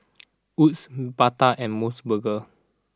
Wood's Bata and Mos Burger